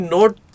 Note